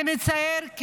זה מצער?